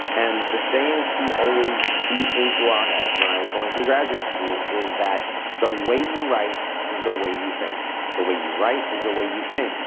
and the saying she always beat into our heads when i was going through graduate school is that the way you write is the way you think. the way you write is the way you think.